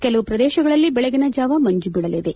ಕೆಲವು ಪ್ರದೇಶಗಳಲ್ಲಿ ಬೆಳಗಿನ ಜಾವ ಮಂಜು ಬೀಳಲಿದೆ